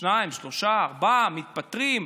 שניים, שלושה, ארבעה, מתפטרים,